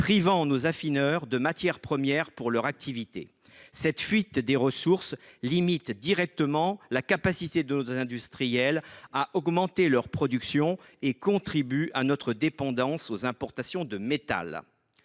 privant nos affineurs de matières premières pour leur activité. Cette fuite des ressources limite directement la capacité de nos industriels à augmenter leur production et contribue à notre dépendance aux importations de métal.